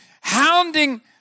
Hounding